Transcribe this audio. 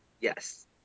Yes